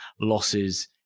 losses